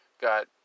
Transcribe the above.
got